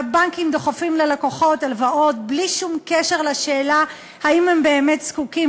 הבנקים דוחפים ללקוחות הלוואות בלי שום קשר לשאלה אם הם באמת זקוקים